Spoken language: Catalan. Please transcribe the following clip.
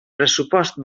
pressupost